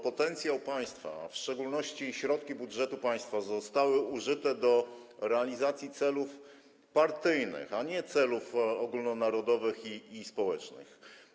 Potencjał państwa, w szczególności środki z budżetu państwa, został użyty przez PiS do realizacji celów partyjnych, a nie celów ogólnonarodowych i społecznych.